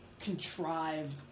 contrived